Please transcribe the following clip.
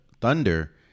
Thunder